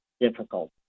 difficult